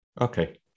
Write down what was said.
Okay